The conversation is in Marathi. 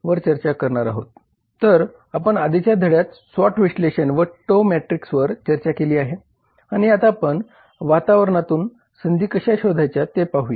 तर आपण आधीच्या धड्यात स्वॉट विश्लेषण व टोव्ह मॅट्रिक्सवर चर्चा केली आहे आणि आता आपण वातावरणातून संधी कशा शोधायच्या ते पाहूया